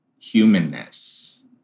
humanness